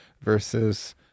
versus